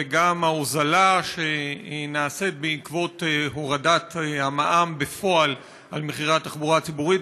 וגם ההוזלה שנעשית בעקבות הורדת המע"מ בפועל על מחירי התחבורה הציבורית,